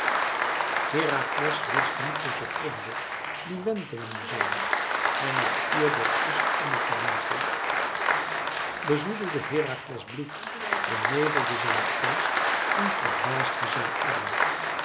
herakles wist niet de seconde die wentelen zoû en het uur dat is omme gewenteld bezoedelde herakles bloed benevelde zijn geest en verdwaasde zijn arm